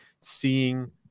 seeing